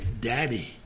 Daddy